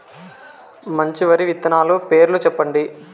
మంచి వరి విత్తనాలు పేర్లు చెప్పండి?